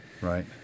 right